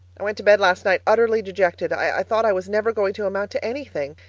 i went to bed last night utterly dejected i thought i was never going to amount to anything,